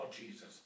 Jesus